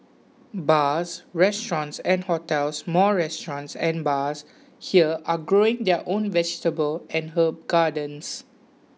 bars restaurants and hotels more restaurants and bars here are growing their own vegetable and herb gardens